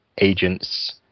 agents